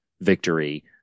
victory